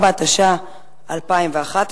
44), התשע"א 2011,